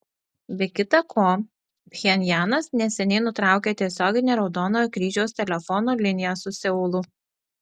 be kita ko pchenjanas neseniai nutraukė tiesioginę raudonojo kryžiaus telefono liniją su seulu